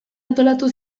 antolatu